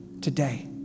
today